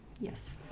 Yes